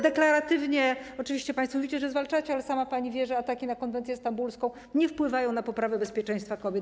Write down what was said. Deklaratywnie tak, oczywiście państwo mówicie, że zwalczacie, ale sama pani wie, że ataki na konwencję stambulską nie wpływają na poprawę bezpieczeństwa kobiet.